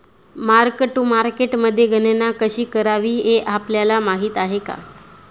Mark to मार्केटमध्ये गणना कशी करावी हे आपल्याला माहित आहे का?